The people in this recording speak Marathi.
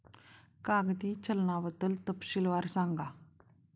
कागदी चलनाबद्दल तपशीलवार सांगा